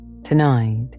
Tonight